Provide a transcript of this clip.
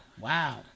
wow